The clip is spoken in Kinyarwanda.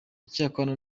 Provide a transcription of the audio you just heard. icyakora